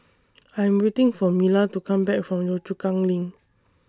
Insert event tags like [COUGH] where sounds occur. [NOISE] I'm waiting For Mila to Come Back from Yio Chu Kang LINK